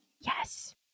Yes